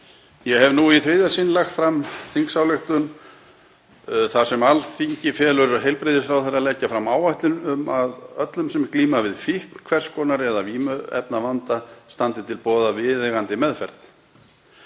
Ég hef nú í þriðja sinn lagt fram þingsályktunartillögu um að Alþingi feli heilbrigðisráðherra að leggja fram áætlun um að öllum sem glíma við fíkn hvers konar eða vímuefnavanda standi til boða viðeigandi meðferð.